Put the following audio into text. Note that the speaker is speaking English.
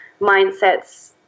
mindsets